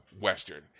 Western